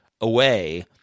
away